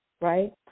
right